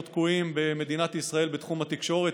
תקועים במדינת ישראל בתחום התקשורת,